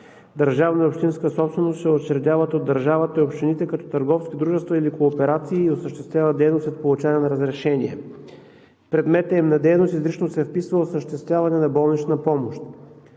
държавна и общинска собственост, се учредяват от държавата и общините като търговски дружества или кооперации и осъществяват дейност след получаване на разрешение. В предмета им на дейност изрично се вписва „осъществяване на болнична помощ“.